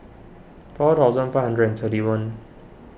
four thousand five hundred and thirty one